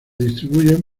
distribuyen